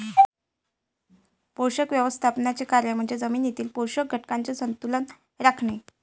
पोषक व्यवस्थापनाचे कार्य म्हणजे जमिनीतील पोषक घटकांचे संतुलन राखणे